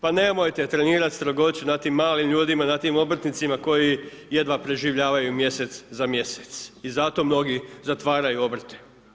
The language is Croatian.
Pa nemojte trenirati strogoću na tim malim ljudima, na tim obrtnicima koji jedva preživljavaju mjesec za mjesec, i zato mnogi zatvaraju obrte.